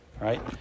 right